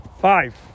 Five